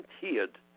volunteered